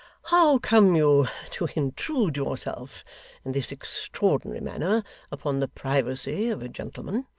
how come you to intrude yourself in this extraordinary manner upon the privacy of a gentleman?